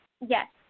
Yes